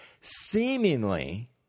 seemingly